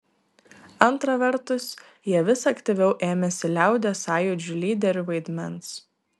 antra vertus jie vis aktyviau ėmėsi liaudies sąjūdžių lyderių vaidmens